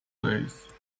days